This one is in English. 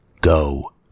Go